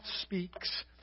speaks